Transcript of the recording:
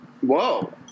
Whoa